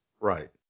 Right